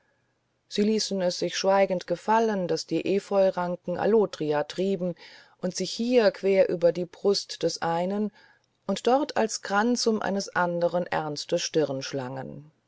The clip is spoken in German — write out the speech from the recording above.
sie ließen es sich schweigend gefallen daß die epheuranken allotria trieben und sich hier quer um die brust des einen und dort als kranz um eines anderen ernste stirn schlangen